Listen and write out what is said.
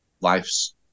life's